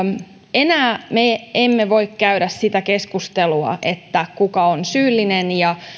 enää me emme voi käydä sitä keskustelua kuka on syyllinen ja